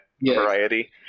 variety